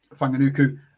Fanganuku